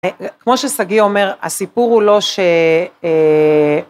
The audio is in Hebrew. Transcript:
כמו ששגיא אומר הסיפור הוא לא ש..